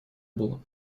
было